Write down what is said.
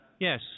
Yes